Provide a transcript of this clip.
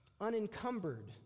unencumbered